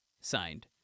signed